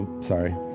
sorry